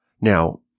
Now